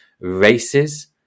races